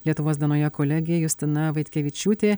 lietuvos dienoje kolegė justina vaitkevičiūtė